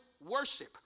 worship